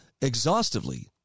exhaustively